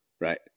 Right